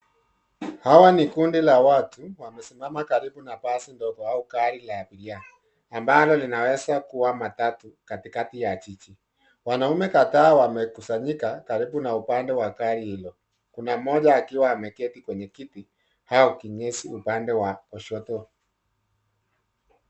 Hawa ni kundi la watu. Wamesimama karibu na basi ndogo au gari la abiria ambalo linaweza kuwa matatu katikati ya jiji. Wanaume kadhaa wamekusanyika karibu na upande wa gari hilo. Kuna moja akiwa ameketi kwenye kiti au kinyesi upande wa kushoto.